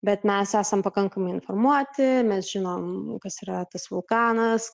bet mes esam pakankamai informuoti mes žinom kas yra tas vulkanas